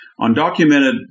undocumented